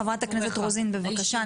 חברת הכנסת רוזין, בבקשה.